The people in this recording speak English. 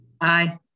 Aye